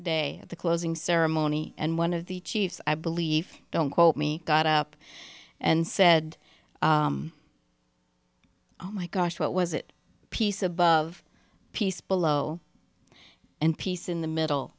day of the closing ceremony and one of the chiefs i believe don't quote me got up and said oh my gosh what was it piece above piece below and peace in the middle